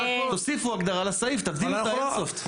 תוסיפו הגדרה לסעיף, תבדילו את האיירסופט.